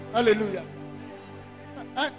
Hallelujah